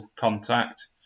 contact